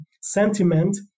sentiment